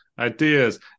Ideas